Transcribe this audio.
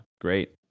Great